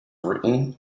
written